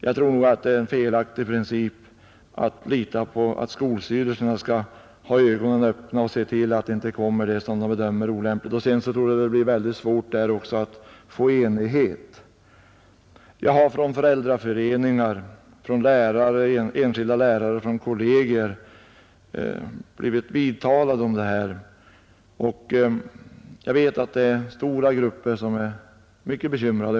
Jag tror det är en felaktig princip att lita på att skolstyrelserna skall ha ögonen öppna och se till att det inte kommer med något materiel som de bedömer såsom olämpligt. Vidare torde det bli mycket svårt där också att uppnå enighet. Från föräldraföreningen, från enskilda lärare och från kollegier har jag blivit vidtalad om detta, och jag vet att det är stora grupper som är mycket bekymrade.